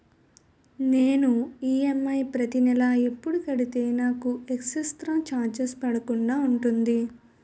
నేను ఈ.ఎం.ఐ ప్రతి నెల ఎపుడు కడితే నాకు ఎక్స్ స్త్ర చార్జెస్ పడకుండా ఉంటుంది?